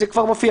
זה כבר מופיע